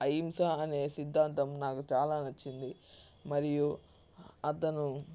అహింస అనే సిద్ధాంతం నాకు చాలా నచ్చింది మరియు అతను